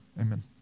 Amen